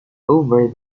over